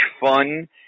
fun